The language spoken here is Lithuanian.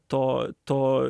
to to